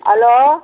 hello